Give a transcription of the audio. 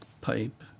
pipe